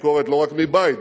ביקורת לא רק מבית,